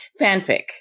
fanfic